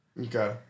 Okay